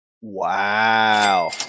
Wow